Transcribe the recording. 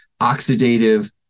oxidative